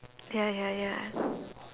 ya ya ya